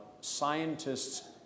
scientists